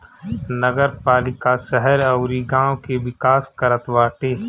नगरपालिका शहर अउरी गांव के विकास करत बाटे